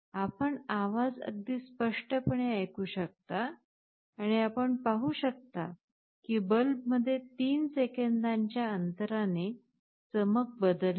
आपण आवाज अगदी स्पष्टपणे ऐकू शकता आणि आपण पाहू शकता की बल्बमध्ये 3 सेकंदांच्या अंतराने चमक बदलली आहे